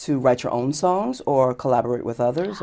to write your own songs or collaborate with others